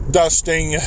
dusting